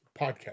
podcast